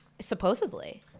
Supposedly